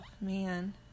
man